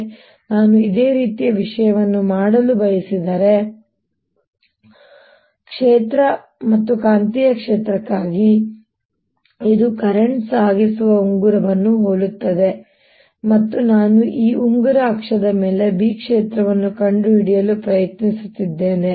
ಹಾಗಾಗಿ ನಾನು ಇದೇ ರೀತಿಯ ವಿಷಯವನ್ನು ಮಾಡಲು ಬಯಸಿದರೆ ಕ್ಷೇತ್ರ ಮತ್ತು ಕಾಂತೀಯ ಕ್ಷೇತ್ರಕ್ಕಾಗಿ ಇದು ಪ್ರಸ್ತುತ ಸಾಗಿಸುವ ಉಂಗುರವನ್ನು ಹೋಲುತ್ತದೆ ಮತ್ತು ನಾನು ಈ ಉಂಗುರದ ಅಕ್ಷದ ಮೇಲೆ B ಕ್ಷೇತ್ರವನ್ನು ಕಂಡುಹಿಡಿಯಲು ಪ್ರಯತ್ನಿಸುತ್ತಿದ್ದೇನೆ